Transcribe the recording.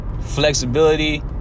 flexibility